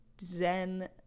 zen